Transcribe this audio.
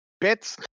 bits